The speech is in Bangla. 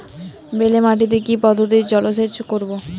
বেলে মাটিতে কি পদ্ধতিতে জলসেচ করব?